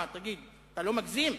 תגיד, אתה לא מגזים?